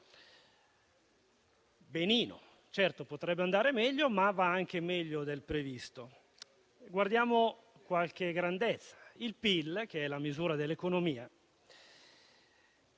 Benino. Certo, potrebbe andare meglio, ma va anche meglio del previsto. Guardiamo qualche grandezza. Cominciamo dal PIL, che è la misura dell'economia.